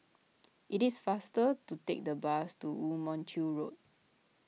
it is faster to take the bus to Woo Mon Chew Road